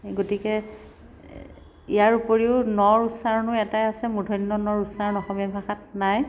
গতিকে ইয়াৰ উপৰিও ন ৰ উচ্চাৰণো এটাই আছে মূৰ্ধন্য ণ ৰ উচ্চাৰণ অসমীয়া ভাষাত নাই